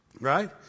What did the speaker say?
right